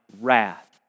wrath